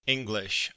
English